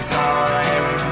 time